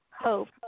Hope